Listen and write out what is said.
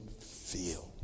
feel